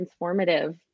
transformative